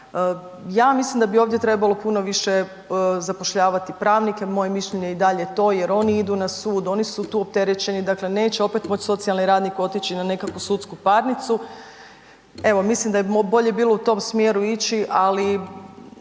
Ja mislim da bi ovdje trebalo puno više zapošljavati pravnike, moje mišljenje je i dalje to jer oni idu na sud, oni su tu opterećeni, dakle neće opet moći socijalni radnik otići na nekakvu sudsku parnicu, evo mislim da je bolje bilo u tom smjeru ići, ali